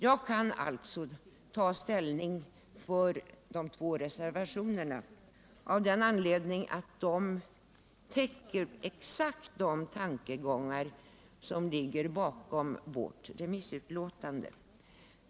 Jag kan alltså stödja de två reservationerna och det av den anledningen att de exakt täcker de tankegångar som ligger bakom vårt remissutlåtande.